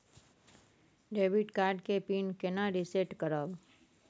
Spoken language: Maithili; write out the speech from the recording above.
डेबिट कार्ड के पिन केना रिसेट करब?